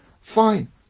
fine